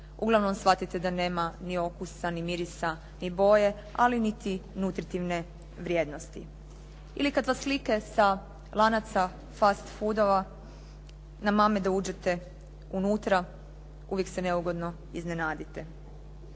uglavnom shvatite da nema ni okusa, ni mirisa, ni boje, ali ni nutritivne vrijednosti. Ili kada vas slike sa lanaca Fast food-ova namame da uđete unutra, uvijek se neugodno iznenadite.